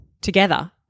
together